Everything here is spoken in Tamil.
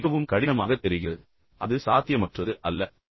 இது மிகவும் கடினமாகத் தெரிகிறது ஆனால் அது சாத்தியமற்றது அல்ல